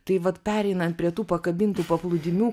tai vat pereinant prie tų pakabintų paplūdimių